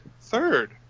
third